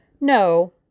No